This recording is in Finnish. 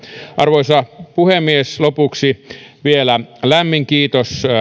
arvoisa puhemies lopuksi vielä lämmin kiitos